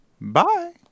Bye